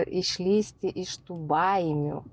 išlįsti iš tų baimių